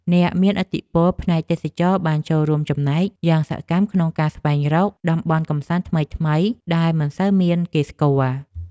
អ្នកមានឥទ្ធិពលផ្នែកទេសចរណ៍បានចូលរួមចំណែកយ៉ាងសកម្មក្នុងការស្វែងរកតំបន់កម្សាន្តថ្មីៗដែលមិនសូវមានគេស្គាល់។